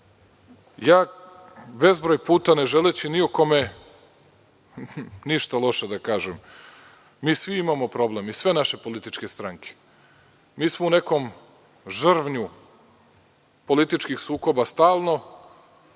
Bezbroj puta ne želeći ni o kome ništa loše da kažem, mi svi imamo problem i sve naše političke stranke. Mi smo u nekom žrvnju političkih sukoba stalno,